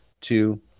two